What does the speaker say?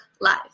Live